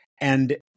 And-